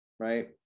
Right